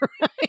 right